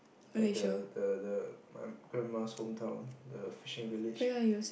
and the the the my grandma's hometown the fishing village